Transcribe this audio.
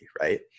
right